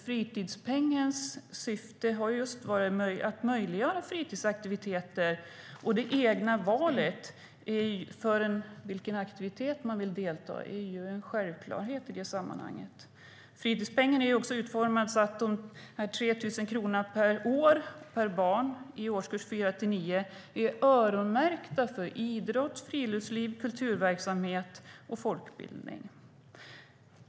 Fritidspengens syfte har varit att just möjliggöra fritidsaktiviteter, och det egna valet av vilken aktivitet man vill delta i är ju en självklarhet i det sammanhanget. Fritidspengen är utformad så att de 3 000 kronorna per år och barn i årskurs 4-9 är öronmärkta för idrott, friluftsliv, kulturverksamhet och folkbildning.